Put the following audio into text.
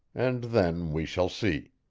and then we shall see.